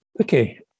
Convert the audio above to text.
Okay